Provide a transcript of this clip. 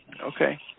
Okay